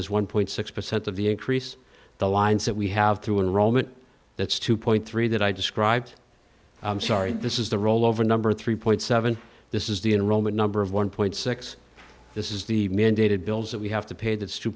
as one point six percent of the increase the lines that we have through in rome and that's two point three that i described sorry this is the rollover number three point seven this is the enrollment number of one point six this is the mandated bills that we have to pay that's two